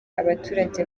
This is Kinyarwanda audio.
abaturage